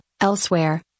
elsewhere